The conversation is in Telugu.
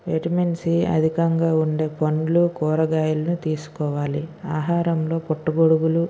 విటమిన్ సి అధికంగా ఉండే పండ్లు కూరగాయలను తీసుకోవాలి ఆహారంలో పుట్టగొడుగులు